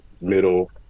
middle